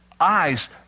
eyes